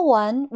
one